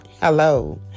Hello